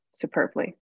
superbly